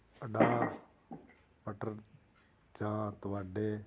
adapter ਜਾਂ ਤੁਹਾਡੇ